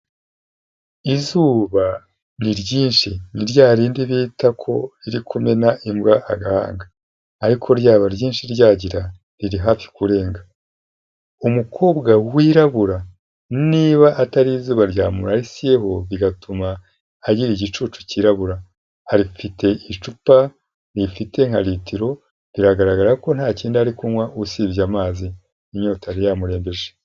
Izuba ni ryinshi, ni rya rindi bita ko riri kumena imbwa agahanga, ariko ryaba ryinshi ryagira riri hafi kurenga, umukobwa wirabura niba atari izuba ryamurasiyeho bigatuma agira igicucu cyirabura, afite icupa rifite nka litiro, biragaragara ko nta kindi ari kunywa usibye amazi, inyota yari yamurembeje.